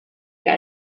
que